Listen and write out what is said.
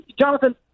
Jonathan